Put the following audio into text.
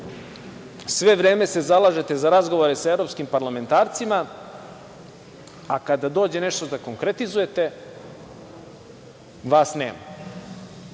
sve vreme se zalažete za razgovore sa evropskim parlamentarcima, a kada dođe nešto da konkretizujete, vas nema,